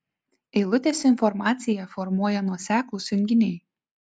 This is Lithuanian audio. eilutės intonaciją formuoja nuoseklūs junginiai